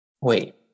Wait